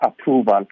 approval